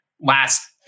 last